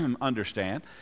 understand